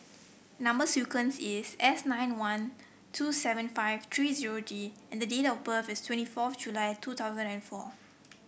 number sequence is S nine one two seven five three zero D and date of birth is twenty fourth July two thousand and four